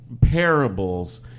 parables